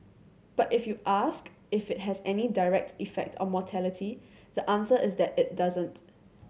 but if you ask if it has any direct effect on mortality the answer is that it doesn't